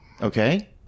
okay